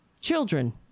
children